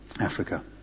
Africa